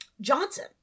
johnson